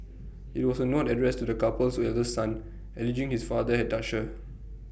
IT was A note addressed to the couple's eldest son alleging his father had touched her